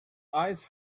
eyes